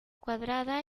cuadrada